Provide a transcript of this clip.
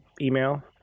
email